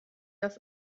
das